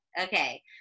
Okay